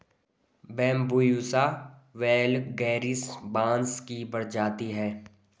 Bambusa vulgaris बाँस की प्रजाति है